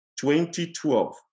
2012